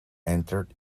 entered